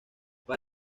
para